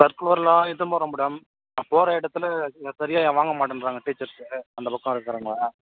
சர்க்குலரெலாம் எடுத்துகிட்டு போகிறேன் மேடம் நான் போகிற இடத்துல அதை சரியாக வாங்க மாட்டேங்றாங்க டீச்சர்ஸ்ஸு அந்த பக்கம் இருக்கிறவங்க